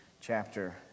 chapter